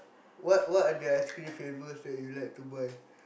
what what are the ice cream flavours that you like to buy